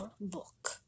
book